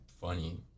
funny